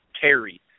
Terry